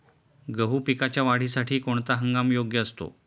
गहू पिकाच्या वाढीसाठी कोणता हंगाम योग्य असतो?